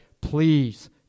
please